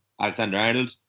Alexander-Arnold